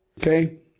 Okay